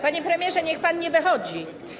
Panie premierze, nich pan nie wychodzi.